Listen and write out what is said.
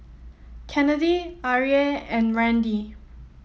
Kennedi Arie and Randi